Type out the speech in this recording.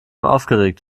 aufgeregt